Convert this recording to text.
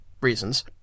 reasons